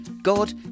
God